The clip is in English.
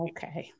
Okay